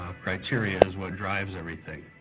criteria is what drives everything.